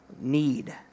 need